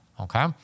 okay